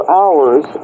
hours